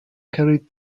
carried